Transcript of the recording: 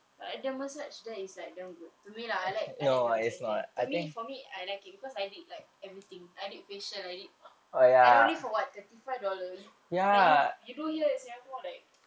but at the massage there is like damn good to me lah I like I like the massage there to me for me I like it because I did like everything I did facial I did at only for what thirty five dollar you like you you do here in singapore like